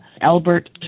Albert